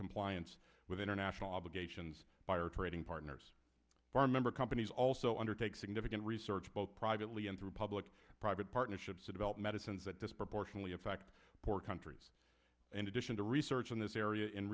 compliance with international obligations by our trading partners our member companies also undertake significant research both privately and through public private partnerships to develop medicines that disproportionately affect poor countries and addition to research in this area in